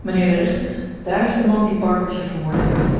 mynheer de rechter daar is de man die barbertje vermoord heeft